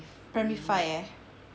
primary five eh